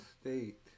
state